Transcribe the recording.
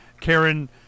Karen